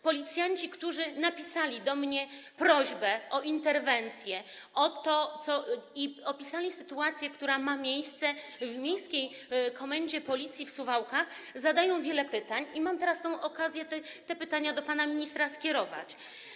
Policjanci, którzy napisali do mnie prośbę o interwencję i opisali sytuację, która ma miejsce w Komendzie Miejskiej Policji w Suwałkach, zadają wiele pytań, i mam teraz okazję te pytania do pana ministra skierować.